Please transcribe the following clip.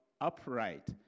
upright